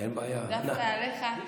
דווקא עליך.